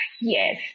Yes